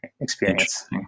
experience